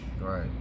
Right